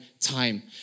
time